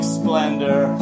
splendor